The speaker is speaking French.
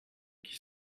qui